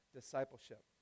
discipleship